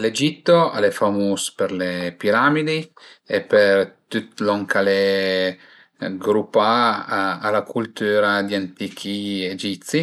L'Egitto al e famus për le piramidi e për tüt lon ch'al e grupà a la cultüra di antichi egizi,